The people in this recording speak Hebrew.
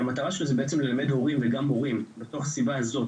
שהמטרה שלו היא בעצם ללמד הורים וגם מורים בתוך הסביבה הזאת,